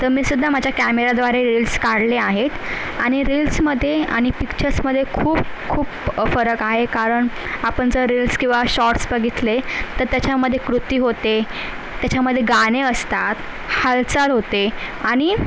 तर मीसुद्धा माझ्या कॅमेराद्वारे रिल्स काढले आहेत आणि रिल्समधे आणि पिक्चर्समधे खूप खूप फरक आहे कारण आपण जर रिल्स किंवा शॉट्स बघितले तर त्याच्यामधे कृती होते त्याच्यामधे गाणे असतात हालचाल होते आणि